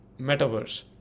Metaverse